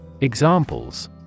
Examples